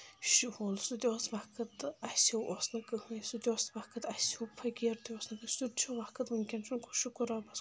شُہُل سُہ تہِ اوس وقت تہٕ اَسہِ ہیوٗ اوس نہٕ کٕہٕنۍ سُہ تہِ اوس وقت اَسہِ ہیوٗ پھٔکیٖر تہِ اوس نہٕ کٲنٛسہِ سُہ تہِ چھُ وقت وٕنکیٚن چھُ شُکُر رۄبَس کُن